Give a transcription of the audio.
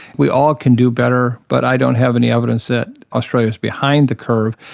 we all can do better but i don't have any evidence that australia is behind the curve.